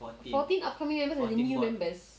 fourteen upcoming members as in new members